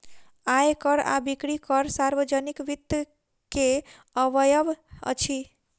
आय कर आ बिक्री कर सार्वजनिक वित्त के अवयव अछि